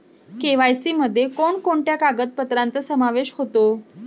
KYC मध्ये कोणकोणत्या कागदपत्रांचा समावेश होतो?